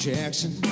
Jackson